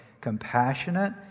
compassionate